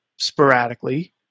sporadically